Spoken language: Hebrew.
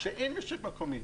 בהן אין רשות מקומית.